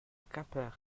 quimper